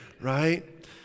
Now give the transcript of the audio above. right